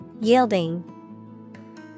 Yielding